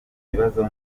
kibazo